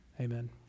amen